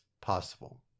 possible